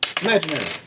Imaginary